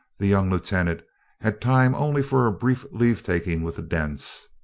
the young lieutenant had time only for a brief leave-taking with the dents,